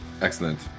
Excellent